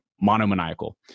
monomaniacal